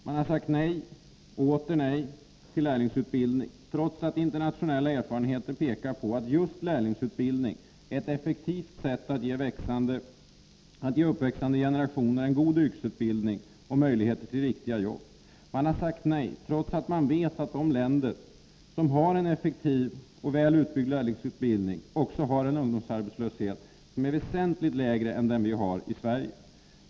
Man har sagt nej och åter nej till lärlingsutbildning, trots att internationella erfarenheter visar att just lärlingsutbildning är ett effektivt sätt att ge uppväxande generationer god yrkesutbildning och möjligheter till riktiga jobb. Man har sagt nej, trots att man vet att de länder som har en effektiv och väl utbyggd lärlingsutbildning också har en ungdomsarbetslöshet som är väsentligt lägre än den vi har i Sverige.